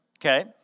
Okay